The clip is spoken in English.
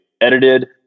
edited